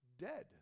dead